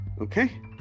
Okay